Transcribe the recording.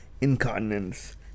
incontinence